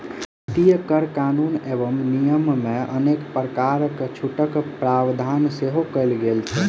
भारतीय कर कानून एवं नियममे अनेक प्रकारक छूटक प्रावधान सेहो कयल गेल छै